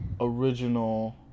original